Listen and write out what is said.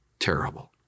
terrible